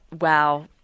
Wow